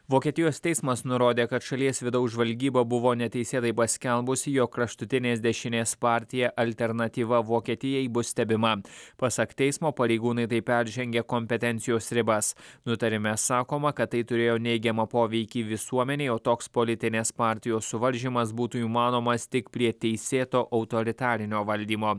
vokietijos teismas nurodė kad šalies vidaus žvalgyba buvo neteisėtai paskelbusi jog kraštutinės dešinės partija alternatyva vokietijai bus stebima pasak teismo pareigūnai taip peržengia kompetencijos ribas nutarime sakoma kad tai turėjo neigiamą poveikį visuomenei o toks politinės partijos suvaržymas būtų įmanomas tik prie teisėto autoritarinio valdymo